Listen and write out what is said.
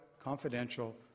confidential